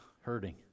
hurting